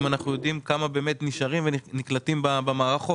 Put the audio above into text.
האם אנחנו יודעים כמה באמת נשארים ונקלטים במערכות,